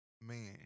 man